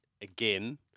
again